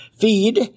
feed